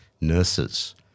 nurses